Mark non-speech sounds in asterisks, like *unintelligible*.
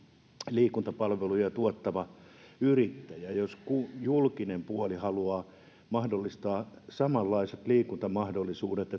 liikuntapalveluja tuottava yrittäjä ja julkinen puoli haluaa mahdollistaa samanlaiset liikuntamahdollisuudet *unintelligible*